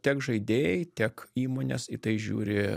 tiek žaidėjai tiek įmonės į tai žiūri